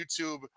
youtube